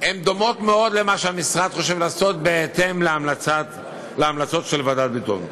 הן דומות מאוד למה שהמשרד חושב לעשות בהתאם להמלצות ועדת ביטון.